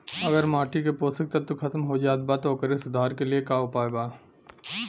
अगर माटी के पोषक तत्व खत्म हो जात बा त ओकरे सुधार के लिए का उपाय बा?